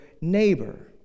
neighbor